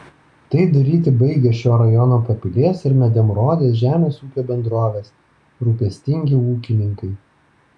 tai daryti baigia šio rajono papilės ir medemrodės žemės ūkio bendrovės rūpestingi ūkininkai